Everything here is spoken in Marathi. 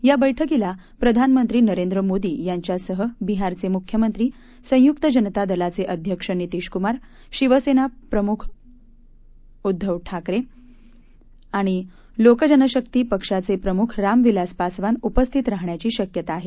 या बैठकीला प्रधानमंत्री नरेंद्र मोदी यांच्यासह बिहारचे मुख्यमंत्री संयुक्त जनता दलाचे अध्यक्ष नितीशकुमार शिवसेना प्रमुख उद्धव ठाकरे आणि लोकजनशक्ती पक्षाचे प्रमुख राम विलास पासवान उपस्थित राहण्याची शक्यता आहे